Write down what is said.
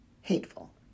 hateful